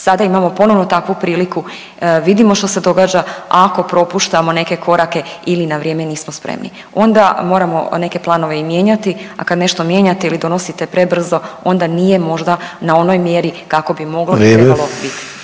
Sada imamo ponovno takvu priliku, vidimo što se događa, a ako propuštamo neke korake ili na vrijeme nismo spremni onda moramo neke planove i mijenjati, a kad nešto mijenjate ili donosite prebrzo onda nije možda na onoj mjeri kako bi moglo